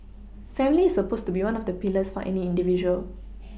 family is supposed to be one of the pillars for any individual